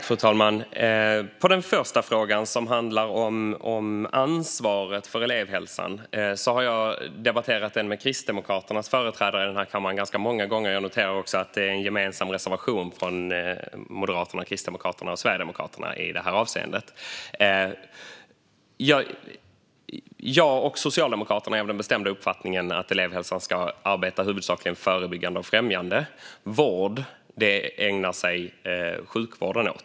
Fru talman! Den första frågan om ansvaret för elevhälsan har jag debatterat ganska många gånger i den här kammaren med Kristdemokraternas företrädare. Jag noterar också att det är en gemensam reservation från Moderaterna, Kristdemokraterna och Sverigedemokraterna i det avseendet. Jag och Socialdemokraterna är av den bestämda uppfattningen att elevhälsan ska arbeta huvudsakligen förebyggande och främjande. Vård ägnar sig sjukvården åt.